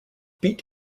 beat